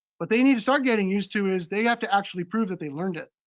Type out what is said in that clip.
but they need to start getting used to is they have to actually prove that they learned it.